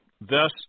Thus